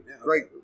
Great